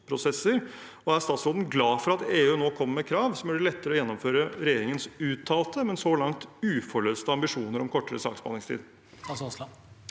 og er statsråden glad for at EU nå kommer med krav som gjør det lettere å gjennomføre regjeringens uttalte, men så langt uforløste, ambisjoner om kortere saksbehandlingstid?